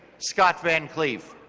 scott van cleef.